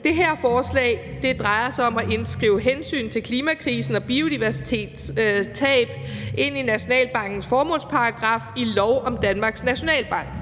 Det her forslag drejer sig om at skrive hensyn til klimakrisen og biodiversitetstab ind i Nationalbankens formålsparagraf, § 1, i lov om Danmarks Nationalbank.